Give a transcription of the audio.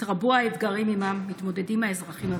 התרבו האתגרים שעימם מתמודדים האזרחים הוותיקים.